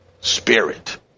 spirit